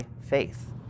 faith